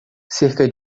cerca